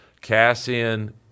Cassian